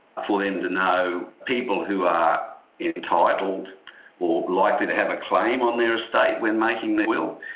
for them to know people who are entitled or likely to have a claim on their estate when making their will,